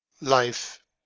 Life